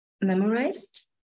memorized